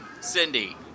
Cindy